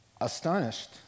Astonished